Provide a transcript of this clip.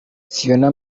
phionah